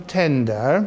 tender